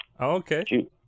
okay